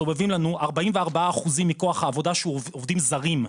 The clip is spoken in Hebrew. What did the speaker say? מסתובבים לנו 44% מכוח העבודה שהוא עובדים זרים,